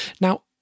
Now